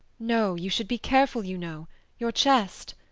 no, you should be careful, you know your chest.